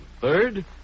Third